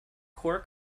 core